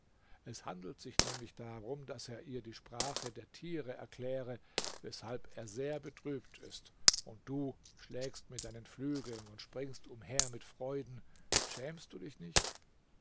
es handelt sich nämlich darum daß er ihr die sprache der tiere erkläre weshalb er sehr betrübt ist und du schlägst mit deinen flügeln und springst umher mit freuden schämst du dich nicht